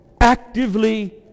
actively